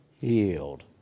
Healed